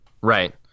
Right